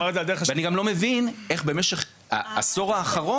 ואני לא מבין איך במשך העשור האחרון.